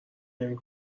نمی